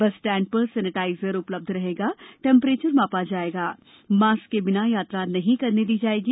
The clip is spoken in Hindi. बस स्टैंड पर सेनेटाइजर उपलब्ध रहेगा टेम्प्रेचर मापा जाएगा मास्क के बिना यात्रा नहीं करने दी जाएगी